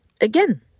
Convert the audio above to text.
again